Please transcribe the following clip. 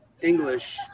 English